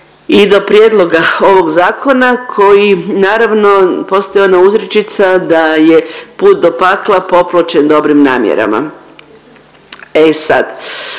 i do prijedloga ovog zakona koji naravno postoji ona uzrečica da je put do pakla popločen dobrim namjerama. E sad